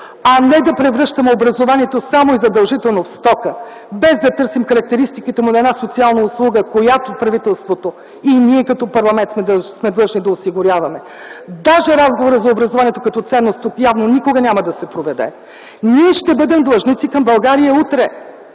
а не да превръщаме образованието само и задължително в стока, без да търсим характеристиката му на една социална услуга, която правителството и ние като парламент сме длъжни да осигуряваме. Даже разговорът за образованието като ценност тук явно никога няма да се проведе. Ние ще бъдем длъжници към България утре,